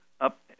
up